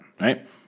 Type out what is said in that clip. right